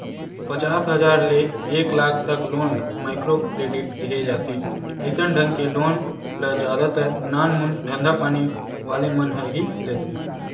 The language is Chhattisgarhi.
पचास हजार ले एक लाख तक लोन ल माइक्रो क्रेडिट केहे जाथे अइसन ढंग के लोन ल जादा तर नानमून धंधापानी वाले मन ह ही लेथे